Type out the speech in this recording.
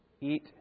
eat